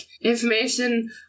information